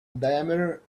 diameter